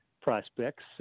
prospects